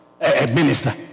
minister